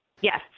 Yes